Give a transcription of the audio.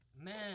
Man